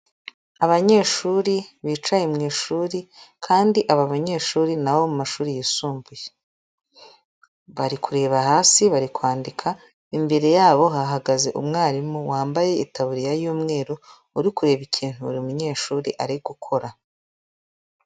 Abanyeshuri bicaye mu ishuri kandi aba banyeshuri ni abo mu mashuri yisumbuye, bari kureba hasi bari kwandika, imbere yabo hahagaze umwarimu wambaye itaburiya y'umweru, uri kureba ikintu buri munyeshuri ari gukora.